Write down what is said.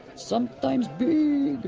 sometimes big.